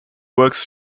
works